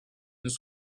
nous